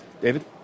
David